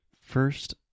First